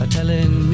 telling